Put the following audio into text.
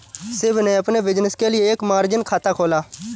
शिव ने अपने बिज़नेस के लिए एक मार्जिन खाता खोला